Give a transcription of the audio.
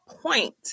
point